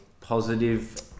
positive